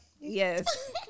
Yes